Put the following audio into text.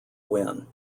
win